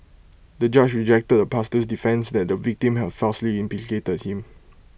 the judge rejected the pastor's defence that the victim had falsely implicated him